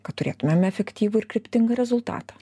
kad turėtumėme efektyvų ir kryptingą rezultatą